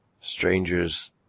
strangers